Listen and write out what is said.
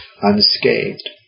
unscathed